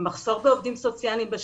המחסור לעובדים סוציאליים בשטח,